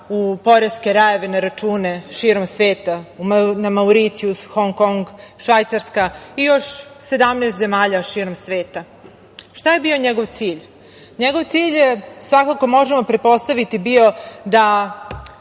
u poreske rajeve, na račune širom sveta, na Mauricijus, Hong Kong, Švajcarska, i još 17 zemalja širom sveta. Šta je bio njegov cilj? Njegov cilj je, svakako, možemo pretpostaviti bio da